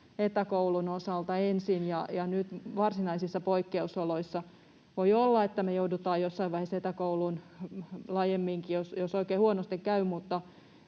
etäkoulun osalta ensin ja nyt varsinaisissa poikkeusoloissa. Voi olla, että joudutaan jossain vaiheessa etäkouluun laajemminkin, jos oikein huonosti käy,